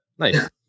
Nice